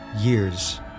years